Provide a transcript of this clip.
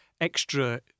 extra